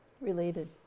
related